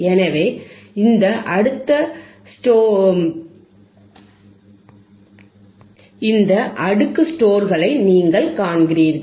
எனவே இந்த அடுக்கு ஸ்டோர்களை நீங்கள் காண்கிறீர்கள்